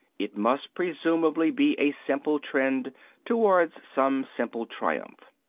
it must presumably be a simple trend towards some simple triumph.